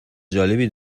جالبی